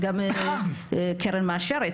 גם קרן מאשרת.